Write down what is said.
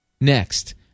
Next